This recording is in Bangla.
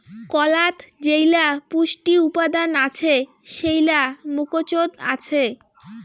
কলাত যেইলা পুষ্টি উপাদান আছে সেইলা মুকোচত আছে